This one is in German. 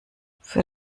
für